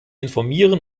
informieren